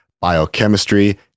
biochemistry